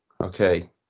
okay